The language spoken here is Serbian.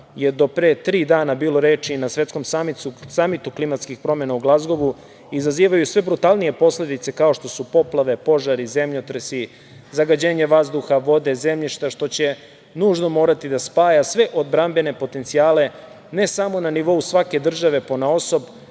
je do pre tri dana bilo reči o svetskom samitu o klimatskim promenama u Glazgovu izazivaju sve brutalnije posledice, kao što su poplave, požari, zemljotresi, zagađenje vazduha, vode, zemljišta, što će nužno morati da spaja sve odbrambene potencijale, ne samo na nivou svake države ponaosob,